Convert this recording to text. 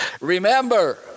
Remember